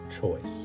choice